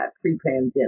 pre-pandemic